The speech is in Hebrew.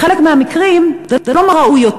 בחלק מהמקרים זה לא מה ראוי יותר,